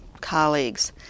colleagues